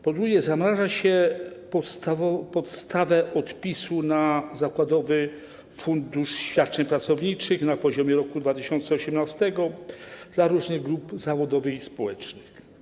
Po drugie, zamraża się podstawę odpisu na zakładowy fundusz świadczeń pracowniczych na poziomie roku 2018 dla różnych grup zawodowych i społecznych.